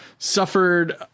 suffered